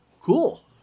Cool